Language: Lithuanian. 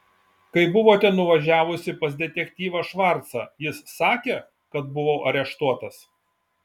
kai buvote nuvažiavusi pas detektyvą švarcą jis sakė kad buvau areštuotas